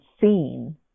seen